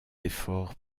efforts